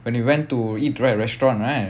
when we went to eat right restaurant right